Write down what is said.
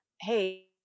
hey